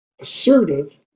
assertive